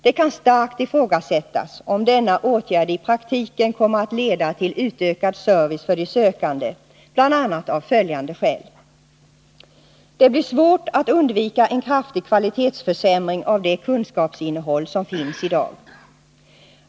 Det kan starkt ifrågasättas om denna åtgärd i praktiken kommer att leda till en utökad service för de sökande, bl.a. av följande skäl. Det blir svårt att undvika en kraftig kvalitetsförsämring av det kunskapsinnehåll som finns i dag.